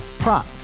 Prop